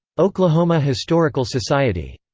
oklahoma historical society.